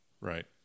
Right